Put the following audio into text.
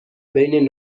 بین